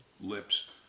lips